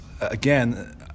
again